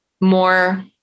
more